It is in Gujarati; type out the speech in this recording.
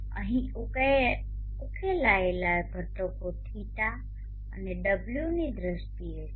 અહીં ઉકેલાયેલા ઘટકો δ અને ω ની દ્રષ્ટિએ છે